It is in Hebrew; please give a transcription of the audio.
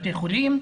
בתי החולים,